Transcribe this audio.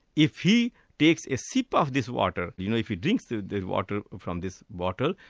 if he takes a sip of this water, you know if he drinks the the water from this bottle,